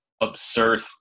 absurd